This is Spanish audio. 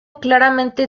claramente